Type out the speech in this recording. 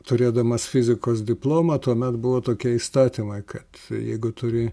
turėdamas fizikos diplomą tuomet buvo tokie įstatymai kad jeigu turi